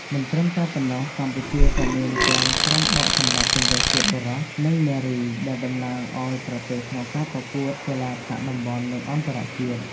មិនត្រឹមតែប៉ុណ្ណោះកម្ពុជាក៏មានទាំង ក្រុមបោកចំបាប់ជម្រើសជាតិបុរស និងនារី ដែលតំណាងឲ្យប្រទេសក្នុងការប្រកួតកីឡាថ្នាក់តំបន់ និងអន្តរជាតិ។